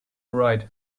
write